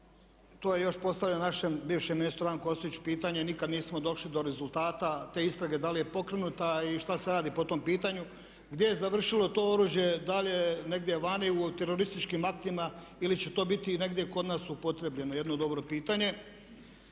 To je još postavljeno našem bivšem ministru Ranku Ostojiću pitanje, nikad nismo došli do rezultata te istrage, da li je pokrenuta i šta se radi po tom pitanju, gdje je završilo to oružje, da li je negdje vani u terorističkim aktima ili će to biti negdje kod nas upotrijebljeno jedno dobro pitanje.